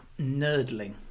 nerdling